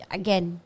again